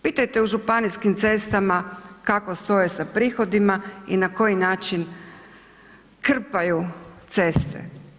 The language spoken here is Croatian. Pitajte u županijskim cestama kako stoje sa prihodima i na koji način krpaju ceste.